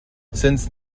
since